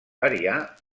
variar